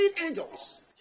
angels